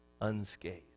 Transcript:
unscathed